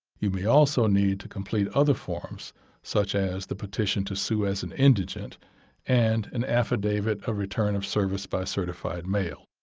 you may also need to complete other forms such as the petition to sue as an indigent and an affidavit of return of service by certified mail.